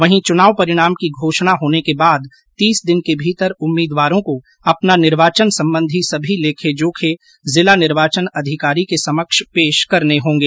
वहीं चुनाव परिणाम की घोषणा होने के बाद तीस दिन के भीतर उम्मीदवारों को अपना निर्वाचन संबंधी सभी लेखे जोखे जिला निर्वाचन अधिकारी के समक्ष पेश करने होंगे